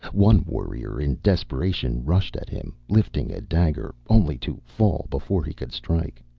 one warrior in desperation rushed at him, lifting a dagger, only to fall before he could strike.